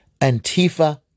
Antifa